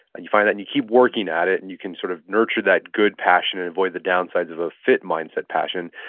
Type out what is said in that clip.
and you find that and you keep working at it. and you can sort of nurture that good passion and avoid the downsides of a fit mindset passion.